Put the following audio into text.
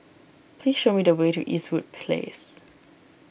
please show me the way to Eastwood Place